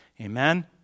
Amen